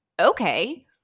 okay